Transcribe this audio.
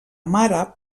mare